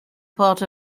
part